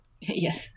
Yes